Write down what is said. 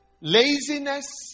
Laziness